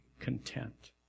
content